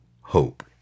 hope